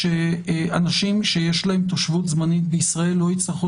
שאנשים שיש להם תושבות זמנית בישראל לא יצטרכו